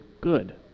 good